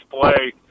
play